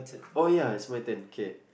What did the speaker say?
oh ya it's my turn okay